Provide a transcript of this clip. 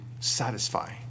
satisfy